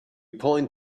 point